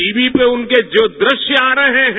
TV पर उनके जो दृश्य आ रहे हैं